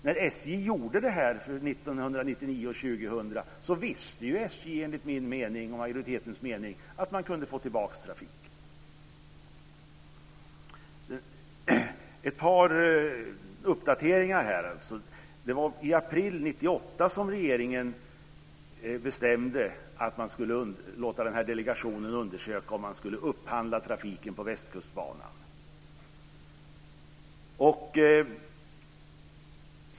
När SJ gjorde det här för år 1999/2000 visste ju SJ enligt min mening och majoritetens mening att man kunde få tillbaka trafiken. Så vill jag göra ett par uppdateringar. Det var i april 1998 som regeringen bestämde att man skulle låta den här delegationen undersöka om man skulle upphandla trafiken på Västkustbanan.